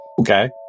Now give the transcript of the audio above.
Okay